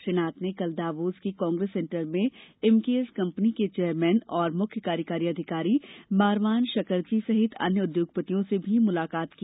श्री नाथ ने कल दावोस के कांग्रेस सेंटर में एमकेएस कंपनी के चेयरमेन और मुख्य कार्यकारी अधिकारी मारवान शकरची सहित अन्य उद्यमियों से भी मुलाकात की